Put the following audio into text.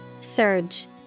Surge